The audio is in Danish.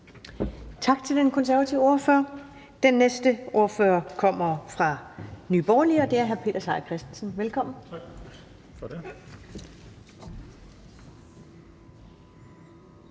Tak til den konservative ordfører. Den næste ordfører kommer fra Nye Borgerlige, og det er hr. Peter Seier Christensen. Velkommen.